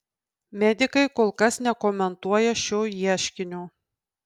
medikai kol kas nekomentuoja šio ieškinio